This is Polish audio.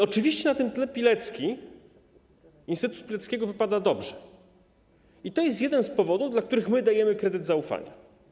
Oczywiście na tym tle Instytut Pileckiego wypada dobrze i to jest jeden z powodów, dla których dajemy mu kredyt zaufania.